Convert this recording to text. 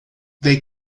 they